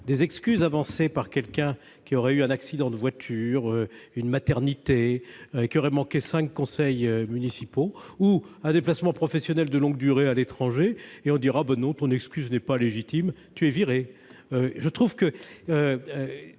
des excuses avancées par quelqu'un qui aurait eu un accident de voiture, une maternité qui aurait manqué 5 conseils municipaux ou un déplacement professionnel de longue durée à l'étranger et on dira bonne ton excuse n'est pas légitime, tu es viré,